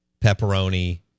pepperoni